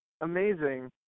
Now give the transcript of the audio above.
Amazing